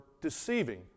deceiving